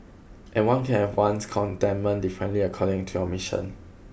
and one can have one's contentment differently according to your mission